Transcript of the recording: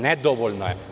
Nedovoljno je.